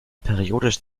periodisch